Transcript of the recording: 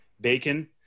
bacon